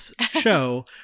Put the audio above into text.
show